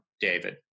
david